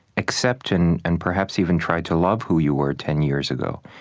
accept and and perhaps even try to love who you were ten years ago.